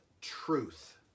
truth